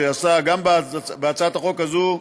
שעשה גם בהצעת החוק הזאת,